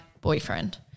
boyfriend